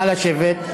נא לשבת.